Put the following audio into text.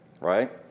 right